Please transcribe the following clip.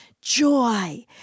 Joy